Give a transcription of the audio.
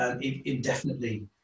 indefinitely